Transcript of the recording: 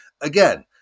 Again